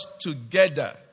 together